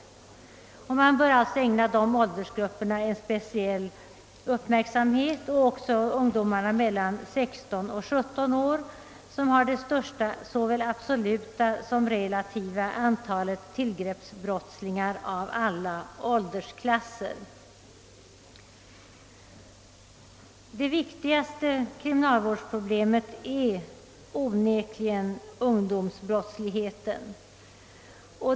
Man bör alltså ägna dessa åldersgrupper en speciell uppmärksamhet liksom ungdomarna mellan 16 och 17 år, som inrymmer det största såväl absoluta som relativa antalet tillgreppsbrottslingar av alla åldersklasser. Det viktigaste kriminalvårdsproblemet är onekligen ungdomsbrottsligheten.